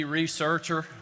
researcher